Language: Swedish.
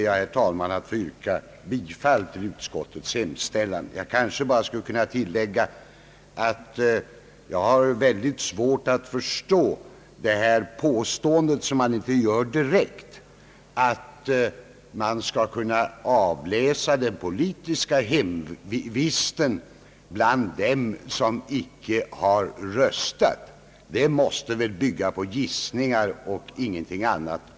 Jag vill tillägga att jag har svårt att förstå påståendet att man skulle kunna avläsa den politiska hemvisten för sådana som icke har röstat. Det måste väl bygga på gissningar och ingenting annat.